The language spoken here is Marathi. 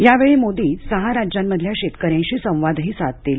यावेळी मोदी सहा राज्यांमधल्या शेतकऱ्यांशी संवादही साधतील